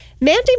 Mandy